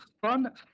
fun